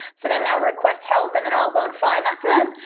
so then now request help and then i'll go and find that for them.